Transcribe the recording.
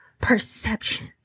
perception